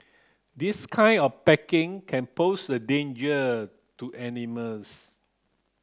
this kind of packaging can pose a danger to animals